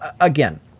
again